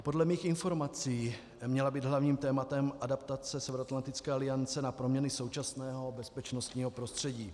Podle mých informací měla být hlavním tématem adaptace Severoatlantické aliance na proměny současného bezpečnostního prostředí.